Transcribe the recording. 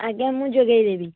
ଆଜ୍ଞା ମୁଁ ଯୋଗେଇ ଦେବି